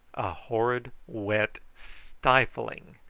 a horrid wet, stifling,